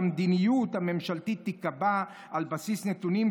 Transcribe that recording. ושהמדיניות הממשלתית תיקבע על בסיס נתונים,